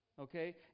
Okay